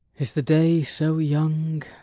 is the day so young?